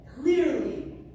clearly